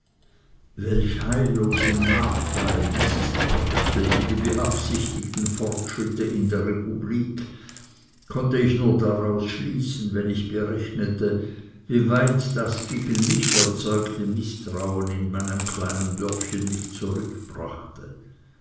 welch heillosen nachteil dieses brachte in die beabsichtigten fortschritte in der republik konnte ich nur daraus schließen wenn ich berechnete wie weit das gegen mich erzeugte mißtrauen in meinem kleinen dörfchen mich